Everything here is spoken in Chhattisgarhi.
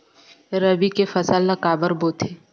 रबी के फसल ला काबर बोथे?